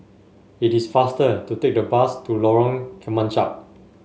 it is faster to take the bus to Lorong Kemunchup